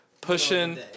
pushing